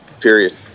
period